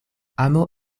amo